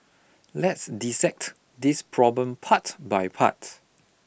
let's dissect this problem part by part